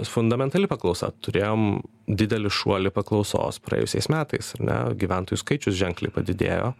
fundamentali paklausa turėjom didelį šuolį paklausos praėjusiais metais ar ne gyventojų skaičius ženkliai padidėjo